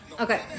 Okay